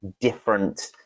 different